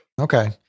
Okay